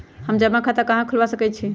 हम जमा खाता कहां खुलवा सकई छी?